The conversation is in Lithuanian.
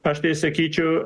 aš tai sakyčiau